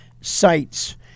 sites